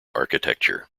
architecture